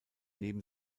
neben